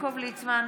יעקב ליצמן,